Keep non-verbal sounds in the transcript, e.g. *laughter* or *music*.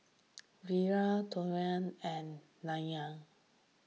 *noise* Vedre Rohit and Narayana